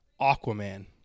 Aquaman